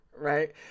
right